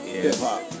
hip-hop